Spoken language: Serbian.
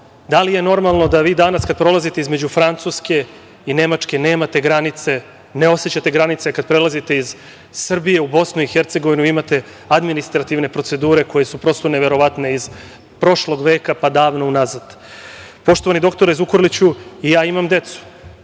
li je normalno da vi danas kad prolazite između Francuske i Nemačke nemate granice, ne osećate granice. Kada prelazite iz Srbije u BiH imate administrativne procedure koje su prosto neverovatne iz prošlog veka, pa davno unazad. Poštovani dr Zukorliću, i ja imam decu,